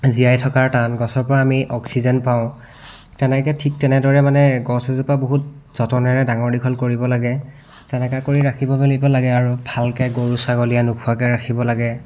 জীয়াই থকাৰ টান গছৰ পৰা আমি অক্সিজেন পাওঁ তেনেকৈ ঠিক তেনেদৰে মানে গছ এজোপা বহুত যতনেৰে ডাঙৰ দীঘল কৰিব লাগে তেনেকৈ কৰি ৰাখিব মেলিব লাগে আৰু ভালকৈ গৰু ছাগলীয়ে নোখোৱাকৈ ৰাখিব লাগে